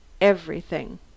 everything